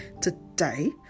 today